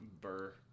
Burr